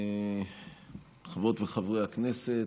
חברות וחברי הכנסת,